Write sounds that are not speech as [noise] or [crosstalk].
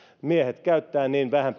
miehet käyttävät niin vähän [unintelligible]